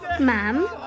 Ma'am